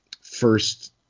first